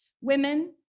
Women